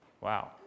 Wow